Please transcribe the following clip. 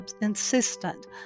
insistent